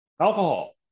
alcohol